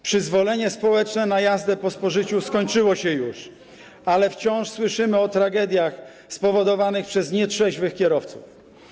Przyzwolenie społeczne na jazdę po spożyciu już się skończyło, ale wciąż słyszymy o tragediach spowodowanych przez nietrzeźwych kierowców.